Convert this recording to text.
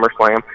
SummerSlam